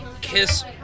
Kiss